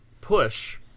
push